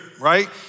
right